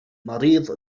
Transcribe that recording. مريض